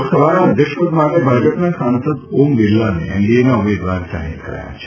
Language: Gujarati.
લોકસભાના અધ્યક્ષપદ માટે ભાજપના સાંસદ ઓમ બિરલાને એનડીએના ઉમેદવાર જાહેર કરાયા છે